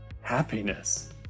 happiness